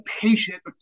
patient